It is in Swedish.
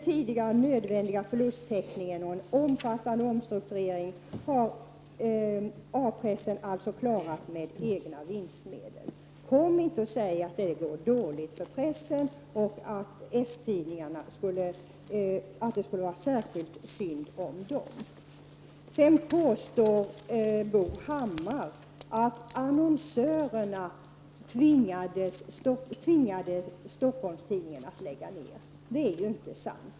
Tidigare nödvändig förlusttäckning och en omfattande omstrukturering har A-pressen klarat med egna vinstmedel. Kom inte och säg att det går dåligt för pressen och att det skulle vara särskilt synd om s-tidningarna. Bo Hammar påstod att annonsörerna tvingade Stockholms-Tidningen att lägga ner. Det är inte sant.